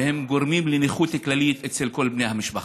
והם גורמים לנכות כללית אצל כל בני המשפחה.